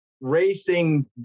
racing